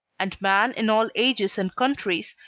and man in all ages and countries,